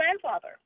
grandfather